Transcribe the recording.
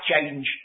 change